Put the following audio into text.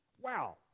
Wow